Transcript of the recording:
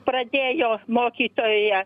pradėjo mokytoja